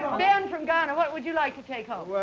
ben from ghana, what would you like to take home? well,